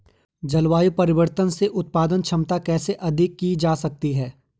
जलवायु परिवर्तन से उत्पादन क्षमता कैसे अधिक की जा सकती है?